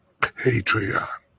Patreon